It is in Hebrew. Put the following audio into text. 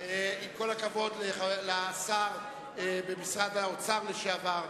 עם כל הכבוד לשר במשרד האוצר לשעבר,